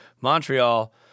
Montreal